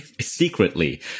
secretly